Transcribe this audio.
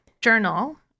journal